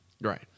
Right